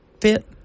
fit